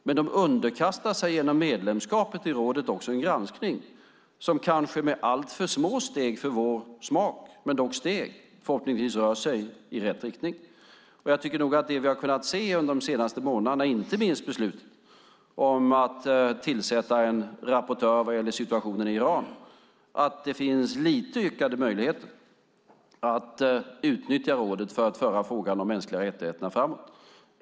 Men de underkastar sig genom medlemskapet i rådet en granskning som kanske med alltför små steg för vår smak, men dock steg, förhoppningsvis rör sig i rätt riktning. Jag tycker att det vi har kunnat se under de senaste månaderna, inte minst beslutet om att tillsätta en rapportör vad gäller situationen i Iran, är att det finns lite ökade möjligheter att utnyttja rådet för att föra frågan om mänskliga rättigheter framåt.